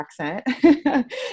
accent